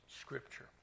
Scripture